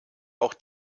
auch